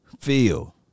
Feel